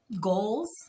goals